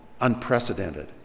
unprecedented